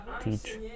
teach